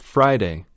Friday